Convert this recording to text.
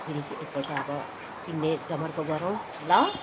फेरि एकपल्ट अब किन्ने जमर्को गरौँ ल